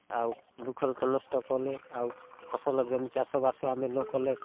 ଆଉ ବୃକ୍ଷଲତା ନଷ୍ଟ କଲେ ଆଉ ଫସଲ ଜମି ଚାଷବାସ ଆମେ ନ କଲେ